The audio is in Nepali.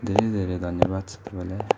धेरै धेरै धन्यवाद छ तपाईँलाई